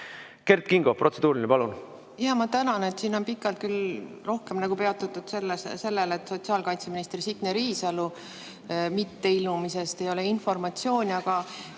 Kert Kingo, protseduuriline, palun! Ma tänan! Siin on pikalt küll rohkem peatutud sellel, et sotsiaalkaitseminister Signe Riisalo mitteilmumise kohta ei ole informatsiooni, aga